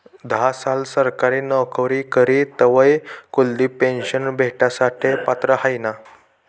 धा साल सरकारी नवकरी करी तवय कुलदिप पेन्शन भेटासाठे पात्र व्हयना